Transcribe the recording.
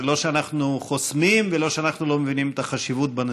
זה לא שאנחנו חוסמים ולא שאנחנו לא מבינים את החשיבות בנשיאות.